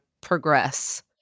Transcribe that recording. progress